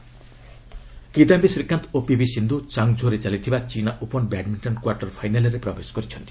badminton Kidambi Srikanth ଓ PV Sindhu ଚାଙ୍ଗ୍ଝୋରେ ଚାଲିଥିବା ଚିନା ଓପନ୍ ବ୍ୟାଡ୍ମିକ୍ଷନର କ୍ୱାର୍ଟର ଫାଇନାଲ୍ରେ ପ୍ରବେଶ କରିଛନ୍ତି